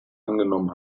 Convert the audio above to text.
angenommen